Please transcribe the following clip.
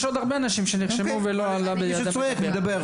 יש עוד הרבה אנשים שנרשמו ולא עלה בידם לדבר.